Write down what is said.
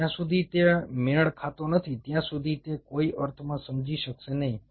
જ્યાં સુધી તે મેળ ખાતો નથી ત્યાં સુધી તે કોઈ અર્થમાં સમજી શકશે નહીં